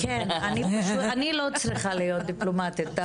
אני לא צריכה להיות דיפלומטית.